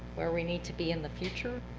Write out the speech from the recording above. where we need to be in the future,